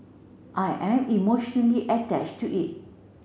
I am emotionally attached to it